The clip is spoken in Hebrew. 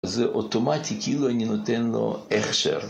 זה אוטומטי כאילו אני נותן לו הכשר